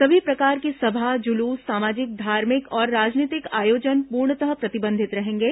सभी प्रकार की सभा जुलूस सामाजिक धार्मिक और राजनीतिक आयोजन पूर्णतः प्रतिबंधित रहेंगे